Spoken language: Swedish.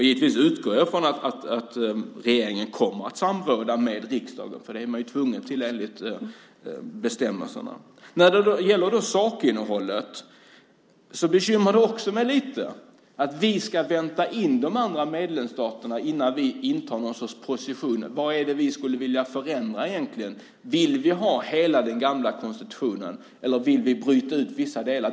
Givetvis utgår jag ifrån att regeringen kommer att samråda med riksdagen, för det är man ju tvungen till enligt bestämmelserna. När det gäller sakinnehållet bekymrar det mig också lite att vi ska vänta in de andra medlemsstaterna innan vi intar någon sorts position. Vad är det vi skulle vilja förändra egentligen? Vill vi ha hela den gamla konstitutionen, eller vill vi bryta ut vissa delar?